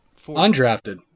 undrafted